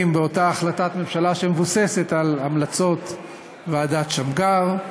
באותה החלטת ממשלה שמבוססת על המלצות ועדת שמגר.